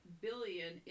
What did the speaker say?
billion